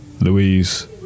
Louise